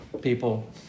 people